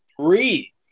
three